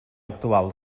actual